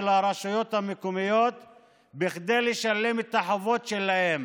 הרשויות המקומיות כדי לשלם את החובות שלהם